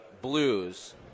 Blues